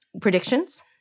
predictions